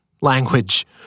language